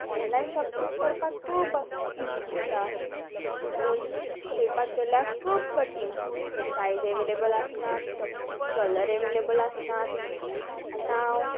online shopping करपाक खूब easy दिसता पूण चोयपाक गेल्यार खूब कठीण सायज एवेलेबल आसनात कलर एवेलेबल आसनात आतां हांव